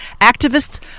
activists